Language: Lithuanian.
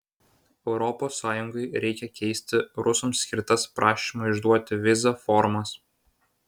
europos sąjungai reikia keisti rusams skirtas prašymo išduoti vizą formas